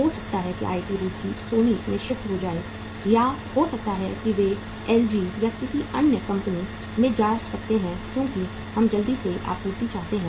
हो सकता है कि आईआईटी रुड़की सोनी में शिफ्ट हो जाए या हो सकता है कि वे एलजी या किसी अन्य कंपनी में जा सकते हैं क्योंकि हम जल्दी से आपूर्ति चाहते हैं